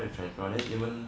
hard to transfer even